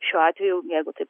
šiuo atveju jeigu taip